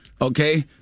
okay